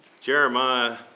Jeremiah